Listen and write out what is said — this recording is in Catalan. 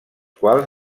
quals